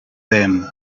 them